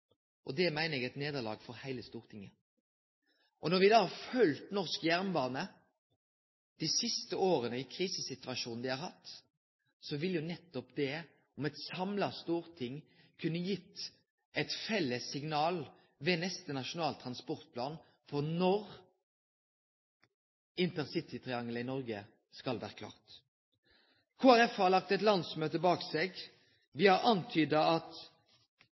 og det meiner eg er eit nederlag for heile Stortinget. Når me da har følgt norsk jernbane de siste åra i krisesituasjonen dei har hatt, ser me nettopp det: Eit samla storting kunne gitt eit felles signal ved neste Nasjonal transportplan for når intercitytriangelet i Noreg skal vere klart. Kristeleg Folkeparti har lagt eit landsmøte bak seg. Me har antyda at